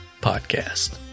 podcast